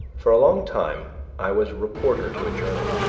for a long time i was reporter to a journal,